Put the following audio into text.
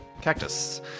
Cactus